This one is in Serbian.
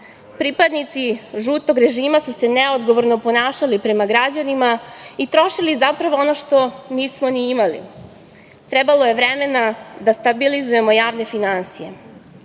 Pripadnici žutog režima su se neodgovorno ponašali prema građanima i trošili zapravo, ono što nismo ni imali. Trebalo je vremena da stabilizujemo javne finansije.